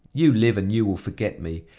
you live and you will forget me.